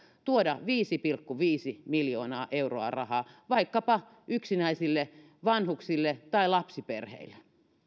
tuoda viisi pilkku viisi miljoonaa euroa rahaa vaikkapa yksinäisille vanhuksille tai lapsiperheille